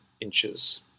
inches